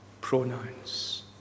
pronouns